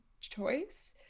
choice